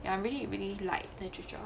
and I really really like literature